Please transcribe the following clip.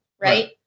Right